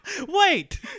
Wait